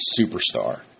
superstar